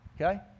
okay